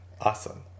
awesome